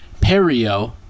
Perio